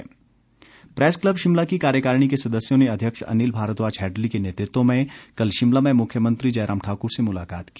press club press club Shimla की कार्यकारिणी के सदस्यों ने अध्यक्ष अनिल भारद्वाज हैडली के नेतृत्व में कल शिमला में मुख्यमंत्री जयराम ठाकुर से मुलाकात की